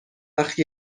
وقت